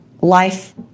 life